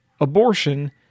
abortion